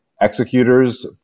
executors